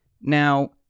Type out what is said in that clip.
Now